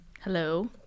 Hello